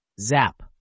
Zap